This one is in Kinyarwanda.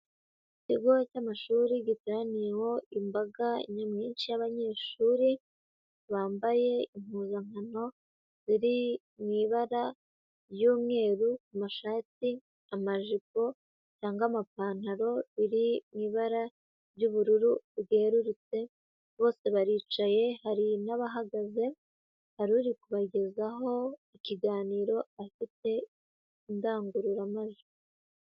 Ikigo cy'amashuri giteraniyeho imbaga nyamwinshi y'abanyeshuri, bambaye impuzankano ziri mu ibara ry'umweru ku mashati, amajipo cyangwa amapantaro biri mu ibara ry'ubururu bwerurutse, bose baricaye hari nabahagaze, hari uri kubagezaho ikiganiro afite indangururamajwi.